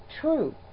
true